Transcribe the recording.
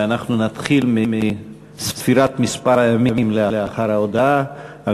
ואנחנו נתחיל בספירת הימים לאחר ההודעה על